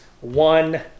one